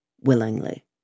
Willingly